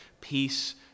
Peace